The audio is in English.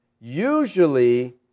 usually